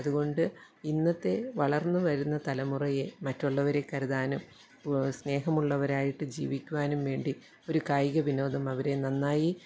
അതുകൊണ്ട് ഇന്നത്തെ വളർന്നുവരുന്ന തലമുറയെ മറ്റുള്ളവരെ കരുതാനും സ്നേഹമുള്ളവരായിട്ട് ജീവിക്കുവാനും വേണ്ടി ഒരു കായികവിനോദം അവരെ നന്നായി